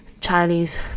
Chinese